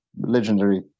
legendary